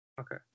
Okay